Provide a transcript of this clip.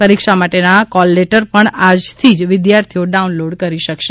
પરીક્ષા માટેના કોલલેટર પણ આજ થી જ વિદ્યાર્થીઓ ડાઉનલોડ કરી શકશે